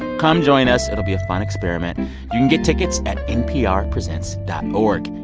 come join us. it'll be a fun experiment. you can get tickets at nprpresents dot org.